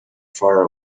far